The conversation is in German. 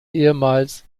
ehemals